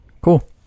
Cool